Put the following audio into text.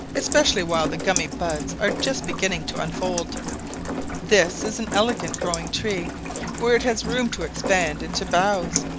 especially while the gummy buds are just beginning to unfold this is an elegant growing tree where it has room to expand into boughs.